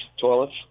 toilets